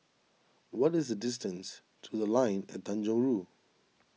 what is the distance to the Line At Tanjong Rhu